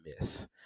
miss